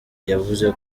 yavuze